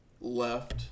left